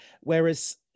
whereas